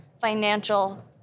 financial